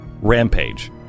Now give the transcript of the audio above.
Rampage